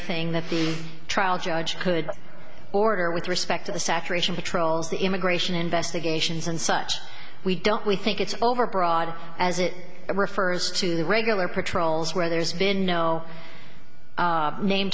thing that the trial judge could order with respect to the saturation patrols the immigration investigations and such we don't we think it's overbroad as it refers to the regular patrols where there's been no named